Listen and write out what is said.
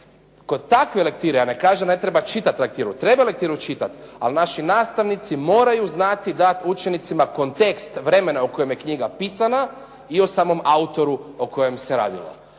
Kod takve lektire, ja ne kažem da ne treba čitati lektiru. Treba lektiru čitati, ali naši nastavnici moraju znati dati učenicima kontekst vremena u kojem je knjiga napisana i o samom autoru o kojem se radilo.